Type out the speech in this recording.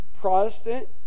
Protestant